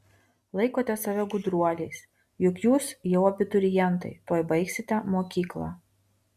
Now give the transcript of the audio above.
laikote save gudruoliais juk jūs jau abiturientai tuoj baigsite mokyklą